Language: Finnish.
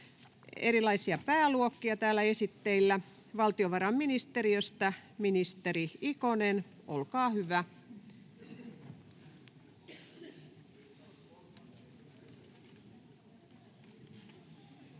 erilaisia pääluokkia täällä esitteillä. — Valtiovarainministeriöstä ministeri Ikonen, olkaa hyvä.